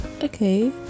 okay